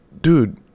dude